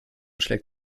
schlägt